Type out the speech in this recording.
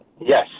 Yes